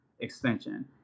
extension